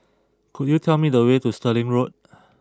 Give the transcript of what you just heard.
could you tell me the way to Stirling Road